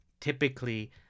Typically